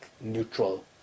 neutral